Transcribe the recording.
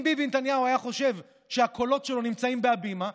אם ביבי נתניהו היה חושב שהקולות שלו נמצאים בהבימה,